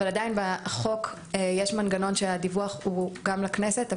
אבל עדיין בחוק יש מנגנון שהדיווח הוא גם לכנסת,